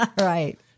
Right